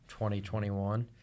2021